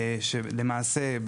שלמעשה,